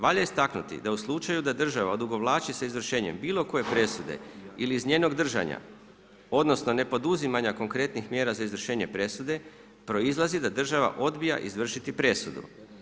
Valja istaknuti da u slučaju da država odugovlači sa izvršenjem bilo koje presude ili iz njenog držanja odnosno ne poduzimanja konkretnih mjera za izvršenje presude proizlazi da država odbija izvršiti presudu.